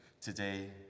today